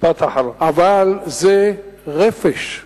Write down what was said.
אבל זה רפש.